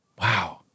Wow